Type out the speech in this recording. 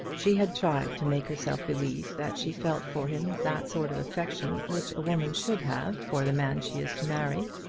she had tried to make herself believe that she felt for him that sort of affection which a woman should have for the man she is to marry,